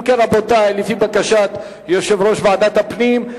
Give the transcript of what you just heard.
לפי בקשת יושב-ראש ועדת הפנים,